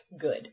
good